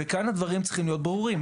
וכאן הדברים צריכים להיות ברורים.